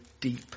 deep